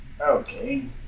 Okay